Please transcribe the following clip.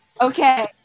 Okay